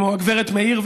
כמו הגברת מאיר,